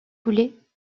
coulés